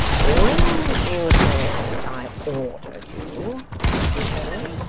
when you say i ordered you, my good fellow,